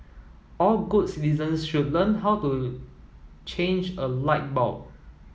all good citizens should learn how to change a light bulb